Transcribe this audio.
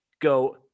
Go